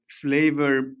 flavor